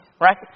Right